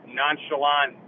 nonchalant